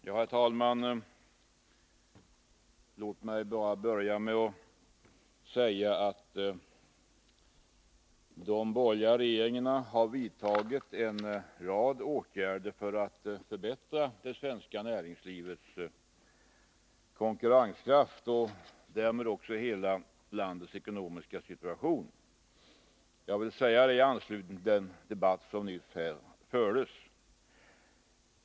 Herr talman! Låt mig börja med att säga att de borgerliga regeringarna har vidtagit en rad åtgärder för att förbättra det svenska näringslivets konkurrenskraft och därmed hela landets ekonomiska situation. Jag vill säga det i anslutning till den debatt som nyss har förts här.